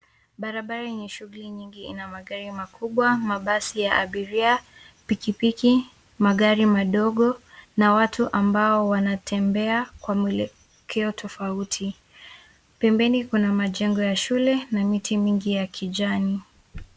Barabara yenye shughuli nyingi ina magari makubwa, mabasi ya abiria, pikipiki, magari madogo na watu ambao wanatembea kwa mwelekeo tofauti. Pembeni kuna majengo ya shule na miti mingi ya kijani.